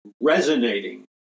resonating